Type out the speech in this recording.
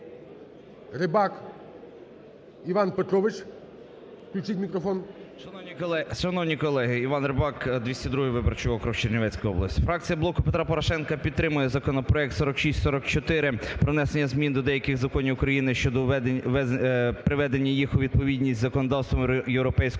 Рибак Іван Петрович, включіть мікрофон.